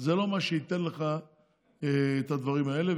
זה לא מה שייתן לך את הדברים האלה.